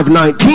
19